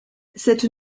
cette